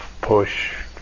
push